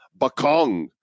Bakong